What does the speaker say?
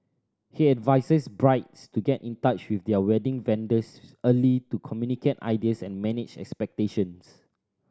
he advises brides to get in touch with their wedding vendors early to communicate ideas and manage expectations